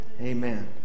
Amen